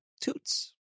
toots